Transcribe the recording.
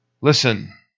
Listen